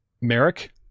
Merrick